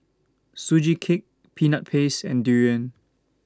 Sugee Cake Peanut Paste and Durian